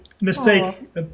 mistake